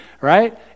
right